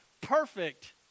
perfect